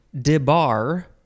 debar